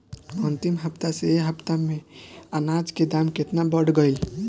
अंतिम हफ्ता से ए हफ्ता मे अनाज के दाम केतना बढ़ गएल?